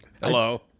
Hello